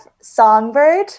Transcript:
Songbird